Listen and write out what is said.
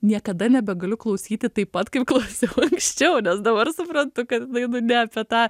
niekada nebegaliu klausyti taip pat kaip klausiau anksčiau nes dabar suprantu kad jinai nu ne apie tą